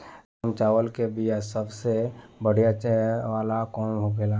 सोनम चावल के बीया सबसे बढ़िया वाला कौन होखेला?